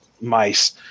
mice